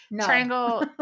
triangle